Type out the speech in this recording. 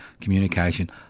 communication